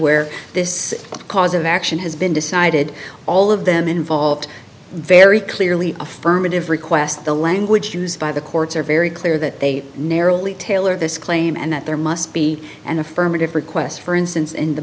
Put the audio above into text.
where this cause of action has been decided all of them involved very clearly affirmative requests the language used by the courts are very clear that they narrowly tailored this claim and that there must be an affirmative request for instance in the